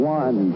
one